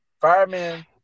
firemen